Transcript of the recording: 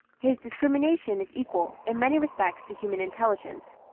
his discrimination is equal, in many respects, to human intelligence.